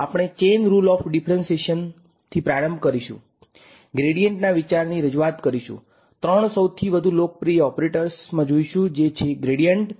આપણે chain rule of differentiation પ્રારંભ કરીશું ગ્રેડીયન્ટના